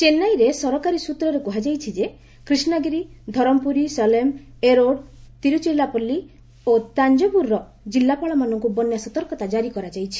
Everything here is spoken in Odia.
ଚେନ୍ନାଇରେ ସରକାରୀ ସୂତ୍ରରେ କୁହାଯାଇଛି କ୍ରିଷ୍ଣାଗିରି ଧରମପୁରୀ ସଲେମ ଏରୋଡ ତିରୁଚିରାପଲ୍ଲୀ ଓ ତାଞ୍ଜାବୁରର କିଲ୍ଲାପାଳମାନଙ୍କୁ ବନ୍ୟା ସତର୍କତା କାରି କରାଯାଇଛି